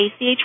ACH